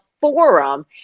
forum